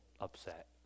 upset